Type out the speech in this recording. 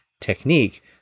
technique